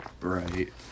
Right